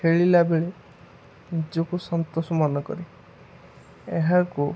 ଖେଳିଲା ବେଳେ ନିଜକୁ ସନ୍ତୋଷ ମନ କରେ ଏହାକୁ